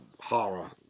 horror